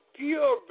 pure